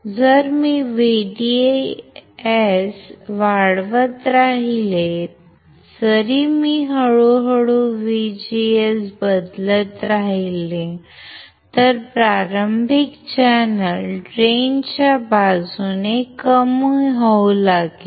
जर मी VDS वाढवत राहिलो जरी मी हळू हळू VGS बदलत राहिलो तर प्रारंभिक चॅनेल ड्रेन च्या बाजूने कमी होऊ लागेल